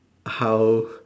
how